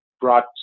brought